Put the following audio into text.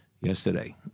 yesterday